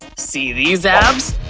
see these abs?